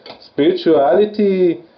spirituality